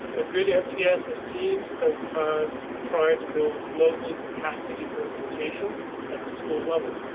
a good mtss team spends time trying to build local capacity for implementation at the school level.